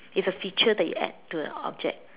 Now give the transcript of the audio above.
it's a feature that you add to an object